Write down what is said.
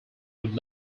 would